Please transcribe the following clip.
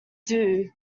due